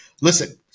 listen